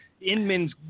Inman's